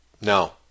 No